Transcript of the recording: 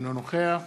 אינו נוכח